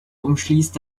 umschließt